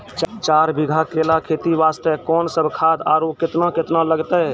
चार बीघा केला खेती वास्ते कोंन सब खाद आरु केतना केतना लगतै?